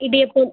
idiyappam